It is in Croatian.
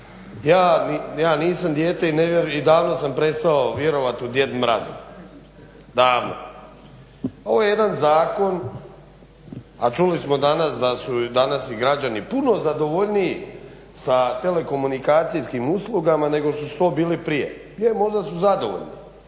Ja nisam dijete i davno sam prestao vjerovat u djed mraza. Ovo je jedan zakon a čuli smo danas da su i danas građani puno zadovoljniji sa telekomunikacijskim uslugama nego što su to bili prije. Možda su zadovoljni